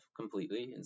completely